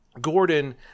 Gordon